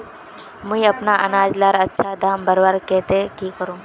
मुई अपना अनाज लार अच्छा दाम बढ़वार केते की करूम?